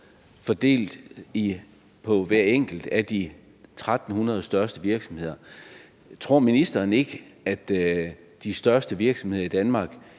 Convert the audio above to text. fordeler beløbet på de 1.300 største virksomheder. Tror ministeren ikke, at de største virksomheder i Danmark